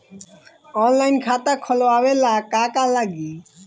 Online खाता खोलबाबे ला का का लागि?